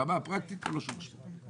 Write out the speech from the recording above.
ברמה הפרקטית הוא לא שווה כלום.